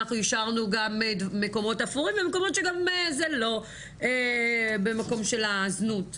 אנחנו אישרנו גם מקומות אפורים ומקומות שגם זה לא במקום של הזנות.